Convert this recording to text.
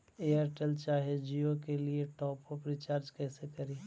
Airtel चाहे जियो के लिए टॉप अप रिचार्ज़ कैसे करी?